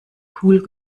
cool